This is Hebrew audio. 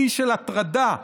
של הטרדה,